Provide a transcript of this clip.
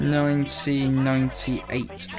1998